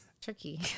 Tricky